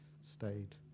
stayed